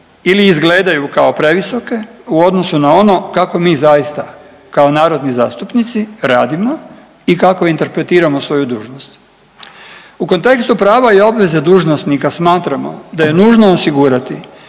ili izgledaju kao previsoke u odnosu na ono kako mi zaista kao narodni zastupnici radimo i kako interpretiramo svoj dužnost. U kontekstu prava i obveze dužnosnika smatramo da je nužno osigurati